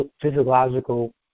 physiological